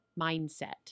mindset